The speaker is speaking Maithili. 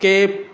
के